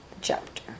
chapter